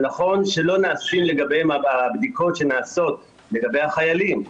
זה נכון שלא נעשות לגביהם הבדיקות שנעשות לגבי החיילים.